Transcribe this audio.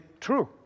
true